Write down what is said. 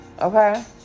okay